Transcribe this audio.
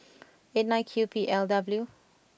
eight nine Q P L W